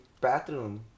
bathroom